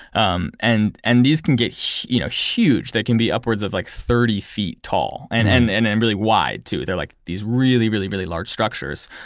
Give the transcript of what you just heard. um and and these can get you know huge. they can be upwards of like thirty feet tall, and and and and really wide too. they're like these really, really, really large structures.